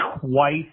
twice